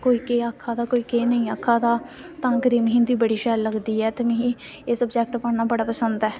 कोई केह् आक्खा दा कोई केह् नेईं आक्खा दा ते् तां करियैा मिगी हिंदी बड़ी शैल लगदी ऐ ते मिगी एह् सब्जेक्ट पढ़ना बड़ा पसंद ऐ